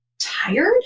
tired